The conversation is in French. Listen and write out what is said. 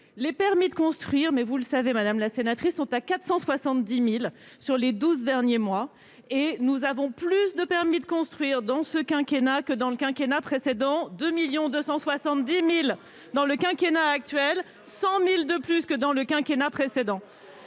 les permis de construire, mais vous le savez, madame la sénatrice sont à 470000 sur les 12 derniers mois et nous avons plus de permis de construire dans ce quinquennat que dans le quinquennat précédent 2 1000000 270000 dans le quinquennat actuel 100000 de plus que dans le quinquennat précédent